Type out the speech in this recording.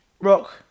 Rock